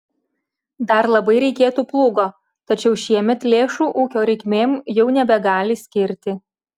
dar labai reikėtų plūgo tačiau šiemet lėšų ūkio reikmėm jau nebegali skirti